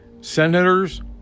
senators